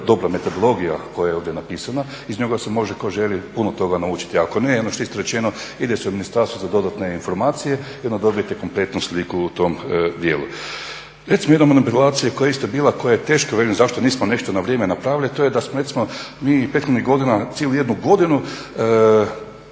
dobra metodologija koja je ovdje napisana. Iz njega se može tko želi puno toga naučiti. Ako ne, ono čisto rečeno ide se u ministarstvo za dodatne informacije i onda dobijete kompletnu sliku u tom dijelu. Recimo jedna manipulacija koja je isto bila, koja je teška velim zašto nismo nešto na vrijeme napravili. To je da smo recimo mi prethodnih godina cijelu jednu godinu